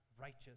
righteous